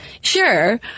Sure